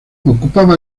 ocupa